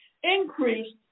increased